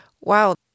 Wow